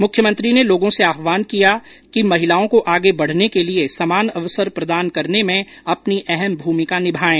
मुख्यमंत्री ने लोगों से आहवान किया कि महिलाओं को आगे बढने के लिये समान अवसर प्रदान करने में अपनी अहम भूमिका निभायें